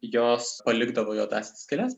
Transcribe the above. jos palikdavo juodąsias skyles